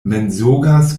mensogas